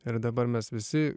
ir dabar mes visi